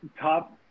top